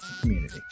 community